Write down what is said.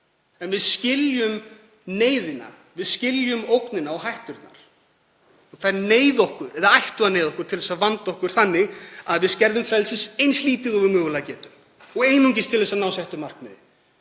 En við skiljum neyðina, við skiljum ógnina og hætturnar og það ætti að neyða okkur til að vanda okkur þannig að við skerðum frelsið eins lítið og við mögulega getum og einungis til að ná settu markmiði.